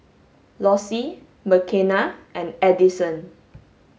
Lossie Makena and Adison